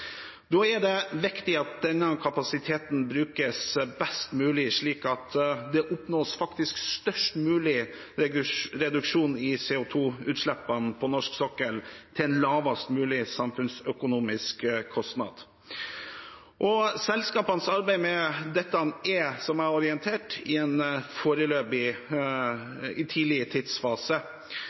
Da er det viktig at denne kapasiteten brukes best mulig, slik at det oppnås størst mulig reduksjon i CO 2 -utslippene på norsk sokkel til lavest mulig samfunnsøkonomisk kostnad. Selskapenes arbeid med dette er – som jeg orienterte om – i en tidlig tidsfase,